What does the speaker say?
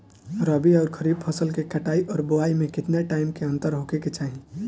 रबी आउर खरीफ फसल के कटाई और बोआई मे केतना टाइम के अंतर होखे के चाही?